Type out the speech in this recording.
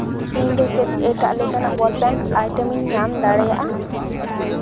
ᱤᱧᱫᱚ ᱪᱮᱫ ᱮᱴᱟᱜ ᱞᱮᱠᱟᱱᱟᱜ ᱵᱚᱞ ᱯᱮᱱᱥ ᱟᱭᱴᱮᱢ ᱤᱧ ᱧᱟᱢ ᱫᱟᱲᱮᱭᱟᱜᱼᱟ